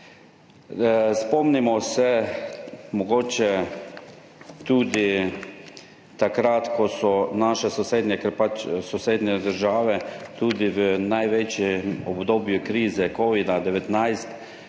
Spomnimo se mogoče tudi takrat, ko so naše sosednje, ker pač sosednje države tudi v največjem obdobju krize Covid-19,